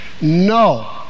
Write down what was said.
No